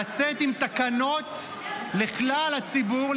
לצאת עם תקנות לכלל הציבור,